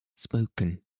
Spoken